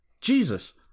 Jesus